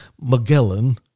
Magellan